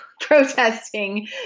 protesting